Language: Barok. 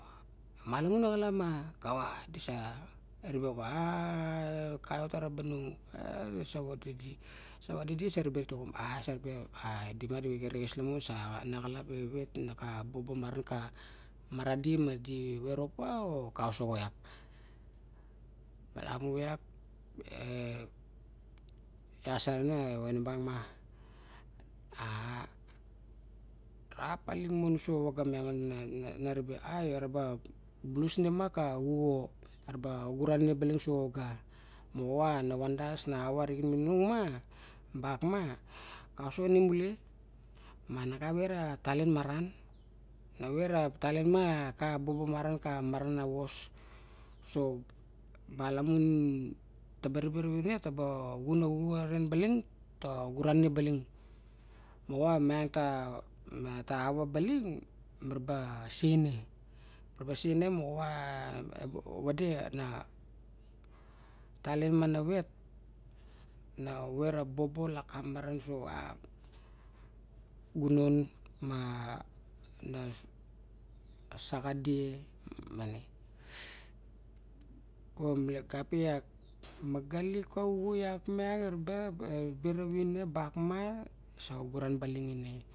Malamun a xalap ma, kava, di sa ribe opa kava taraba nu sa vade di sa va de di sa ribe doxom a sa ribe opa a dima dimara xerexes sa na xalap e vet na xa bobo maran xa mara di ma di veropa a xa osoxo iak, malamu iak e ias sa ren, ione bang ma, a ra palik mon uso a vaga na, na ribe, ai io ra ba bulus ine ma xa xuxo a raba xuran ine uso a vaga, moxowa na vandas na avar arigen ma i mumal bak ma xa osoxo ine mule maxa vera talen maran, na vera talen ma naxa bobo maran xa mara na vos uso, malamun ta ba ribe ravine na xun a xuxo ren baling, moxowa meang na ta ava baling. mura ba sene. Mura ba se ne moxowa nu vede a talien mana vet na vera bobo laxa maran so a gunan ma na saxadin ma na gom la gape iak magalik. Xavuxu iak ma ira ba dira vine bak ma u sa guran baling ine.